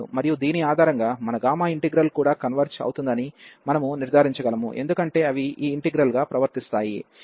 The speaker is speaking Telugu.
మరియు దీని ఆధారంగా మన గామా ఇంటిగ్రల్ కూడా కన్వెర్జ్ అవుతుందని మనము నిర్ధారించగలము ఎందుకంటే అవి ఈ ఇంటిగ్రల్ గా ప్రవర్తిస్తాయి